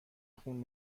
خون